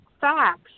facts